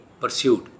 pursued